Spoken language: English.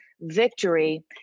Victory